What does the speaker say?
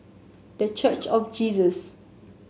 The Church of Jesus